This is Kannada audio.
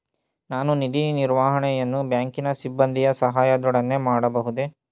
ನಾನು ನಿಧಿ ವರ್ಗಾವಣೆಯನ್ನು ಬ್ಯಾಂಕಿನ ಸಿಬ್ಬಂದಿಯ ಸಹಾಯದೊಡನೆ ಮಾಡಬಹುದೇ?